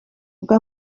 ubwo